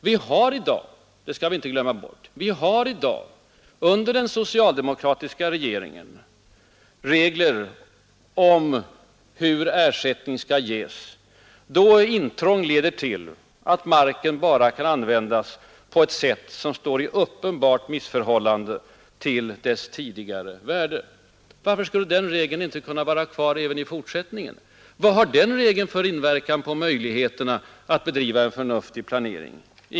Vi har i dag — det skall vi inte glömma bort — under den socialdemokratiska regeringen regler om hur ersättning skall ges, då intrång leder till att marken bara kan användas på ett sätt som står i uppenbart missförhållande till dess tidigare värde. Varför skall den regeln inte kunna vara kvar även i fortsättningen? Vad har den regeln för inverkan på möjligheterna att bedriva en förnuftig planering?